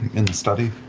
in the study.